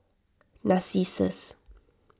Narcissus